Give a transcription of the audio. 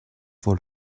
for